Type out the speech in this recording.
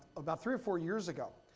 about three or four years ago,